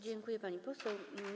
Dziękuję, pani poseł.